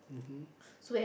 mmhmm